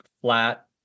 flat